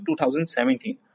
2017